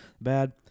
Bad